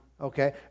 Okay